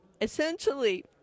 Essentially